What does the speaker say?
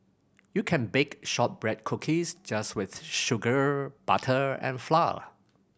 you can bake shortbread cookies just with sugar butter and flour